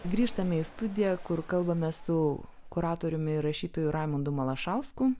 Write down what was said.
grįžtame į studiją kur kalbame su kuratoriumi rašytoju raimundu malašausku